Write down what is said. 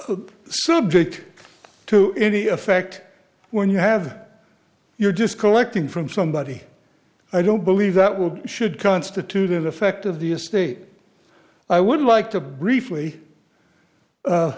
could subject to any effect when you have your disconnecting from somebody i don't believe that will should constitute an effect of the estate i would like to briefly